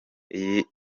iyo